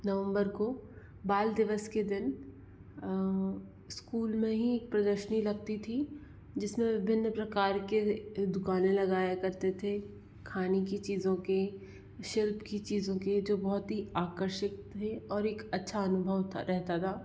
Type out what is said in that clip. नवम्बर को बाल दिवस के दिन स्कूल में ही प्रदर्शनी लगती थी जिसमें विभिन्न प्रकार के दुकानें लगाया करते थे खाने की चीज़ों की शिल्प की चीज़ों की जो बहुत ही आकर्षक थे और एक अच्छा अनुभव था रहता था